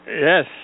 Yes